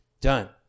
done